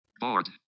Board